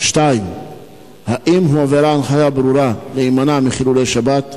2. האם הועברה הנחיה ברורה להימנע מחילול שבת?